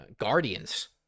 guardians